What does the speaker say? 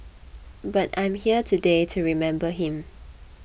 but I'm here today to remember him